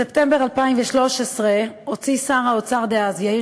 בספטמבר 2013 הוציא שר האוצר דאז יאיר